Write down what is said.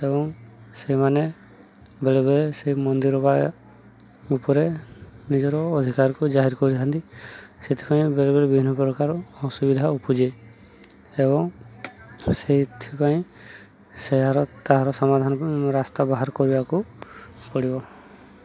ଏବଂ ସେମାନେ ବେଳେବେଳେ ସେ ମନ୍ଦିର ବା ଉପରେ ନିଜର ଅଧିକାରକୁ ଯାହିର କରିଥାନ୍ତି ସେଥିପାଇଁ ବେଳେବେଳେ ବିଭିନ୍ନ ପ୍ରକାର ଅସୁବିଧା ଉପୁଜେ ଏବଂ ସେଇଥିପାଇଁ ସେହାର ତାହାର ସମାଧାନ ରାସ୍ତା ବାହାର କରିବାକୁ ପଡ଼ିବ